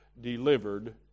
delivered